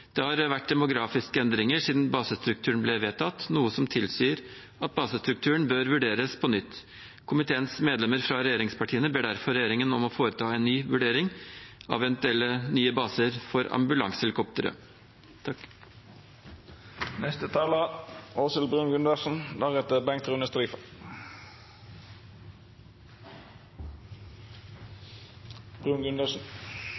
Det har vært demografiske endringer siden basestrukturen ble vedtatt, noe som tilsier at basestrukturen bør vurderes på nytt. Komiteens medlemmer fra regjeringspartiene ber derfor regjeringen om å foreta en ny vurdering av eventuelle nye baser for